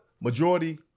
majority